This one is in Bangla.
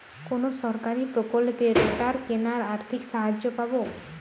কোন সরকারী প্রকল্পে রোটার কেনার আর্থিক সাহায্য পাব?